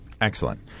Excellent